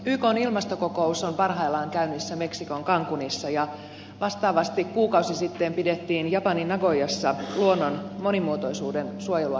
ykn ilmastokokous on parhaillaan käynnissä meksikon cancunissa ja vastaavasti kuukausi sitten pidettiin japanin nagoyassa luonnon monimuotoisuuden suojelua käsittelevä kokous